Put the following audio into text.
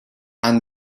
and